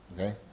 Okay